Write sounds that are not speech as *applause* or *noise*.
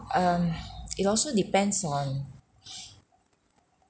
um *noise* it also depends on